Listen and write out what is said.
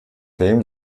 fame